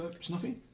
Snuffy